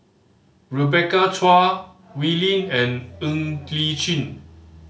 Rebecca Chua Wee Lin and Ng Li Chin